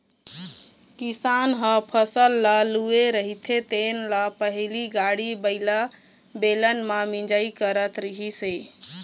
किसान ह फसल ल लूए रहिथे तेन ल पहिली गाड़ी बइला, बेलन म मिंजई करत रिहिस हे